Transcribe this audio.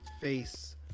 face